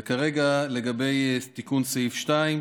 כרגע לגבי תיקון סעיף 2,